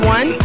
One